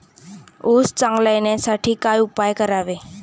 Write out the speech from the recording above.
ऊस चांगला येण्यासाठी काय उपाय करावे?